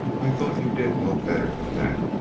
i thought you did know better than that!